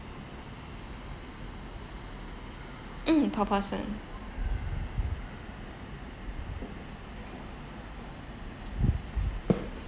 mm per person